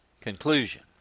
Conclusion